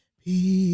peace